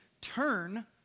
turn